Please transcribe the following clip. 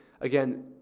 again